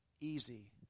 easy